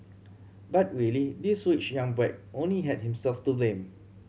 but really this rich young brat only had himself to blame